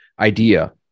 idea